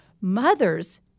Mothers